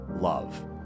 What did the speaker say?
love